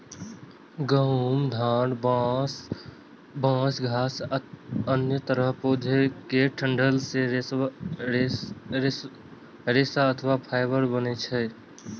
गहूम, धान, बांस, घास आ अन्य तरहक पौधा केर डंठल सं रेशा अथवा फाइबर बनै छै